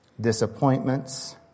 disappointments